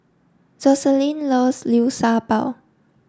Joselin loves Liu Sha Bao